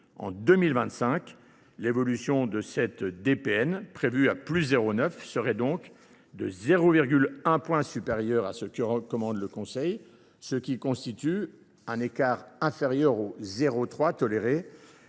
En 2025, l'évolution de cette DPN, prévue à plus 0,9, serait donc de 0,1 point supérieur à ce que recommande le Conseil, ce qui constitue un écart inférieur au 0,3, toléré